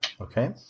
okay